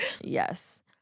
Yes